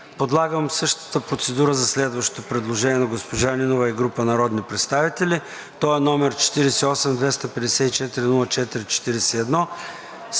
Подлагам на същата процедура следващото предложение на госпожа Нинова и група народни представители, № 48 254 04 41.